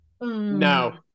no